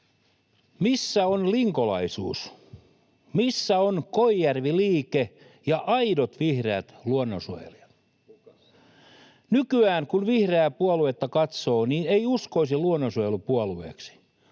Missä on linkolalaisuus? Missä ovat Koijärvi-liike ja aidot vihreät luonnonsuojelijat? [Petri Huru: Hukassa!] Nykyään kun vihreää puoluetta katsoo, niin ei uskoisi luonnonsuojelupuolueeksi.